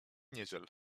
niedziel